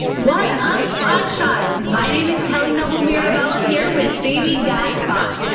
what up bot shots? my name is kelly noble mirabella here with baby got bot.